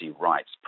rights